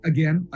Again